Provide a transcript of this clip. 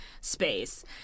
space